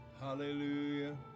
Hallelujah